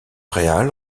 real